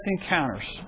encounters